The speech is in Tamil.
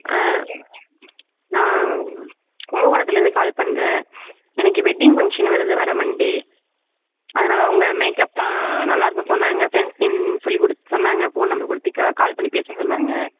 நான் கும்பகோணத்துலேருந்து கால் பண்ணுறேன் எனக்கு வெட்டிங் ஃபங்க்ஷன் வருது வர மண்டே அதனால் உங்கள் மேக்கப்பெலாம் நல்லாயிருக்கும்னு சொன்னாங்க ஃப்ரெண்ட்ஸுங்க சொல்லிக்கொடுத் சொன்னாங்க ஃபோன் நம்பர் கொடுத்து கா கால் பண்ணி பேச சொன்னாங்க